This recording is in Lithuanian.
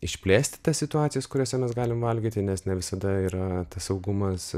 išplėsti tas situacijas kuriose mes galim valgyti nes ne visada yra tas saugumas